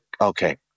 okay